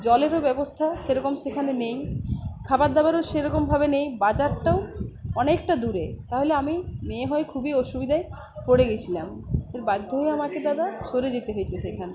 জলেরও ব্যবস্থা সেরকম সেখানে নেই খাবার দাবারও সেরকমভাবে নেই বাজারটাও অনেকটা দূরে তাহলে আমি মেয়ে হয় খুবই অসুবিদায় পড়ে গেছিলাম এর বাধ্য হয়ে আমাকে দাদা সরে যেতে হয়েছে সেখানে